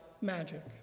magic